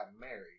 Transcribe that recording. married